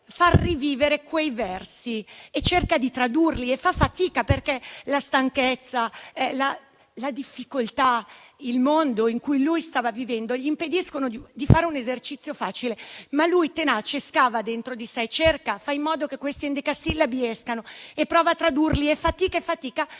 far rivivere quei versi. Cerca di tradurli e fa fatica, perché la stanchezza, le difficoltà, il mondo in cui stava vivendo gli impediscono un esercizio facile. Egli però è tenace, scava dentro di sé, li cerca e fa in modo che quei endecasillabi escano. Prova a tradurli e fatica, fino